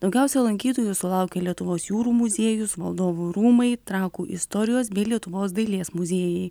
daugiausia lankytojų sulaukė lietuvos jūrų muziejus valdovų rūmai trakų istorijos bei lietuvos dailės muziejai